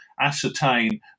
ascertain